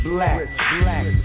Black